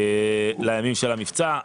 לימים של המבצע.